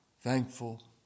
thankful